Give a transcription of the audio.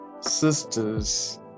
sisters